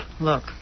Look